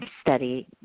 study